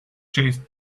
chased